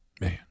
Man